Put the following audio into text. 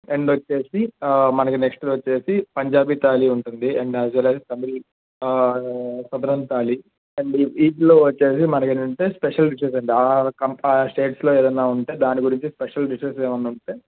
and వచ్చి మనకు next వచ్చి పంజాబీ థాలి ఉంటుంది and as well as paneer southern thali and వాటిలో వచ్చి మనకు ఏంటంటే స్పెషల్ వచ్చి డిషెస్ అండి ఆ కమ్ ఆ స్టేట్స్లో ఏదన్న ఉంటే దాని గురించి స్పెషల్ డిషెస్ ఏమన్న ఉంటే